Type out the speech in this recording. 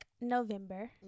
November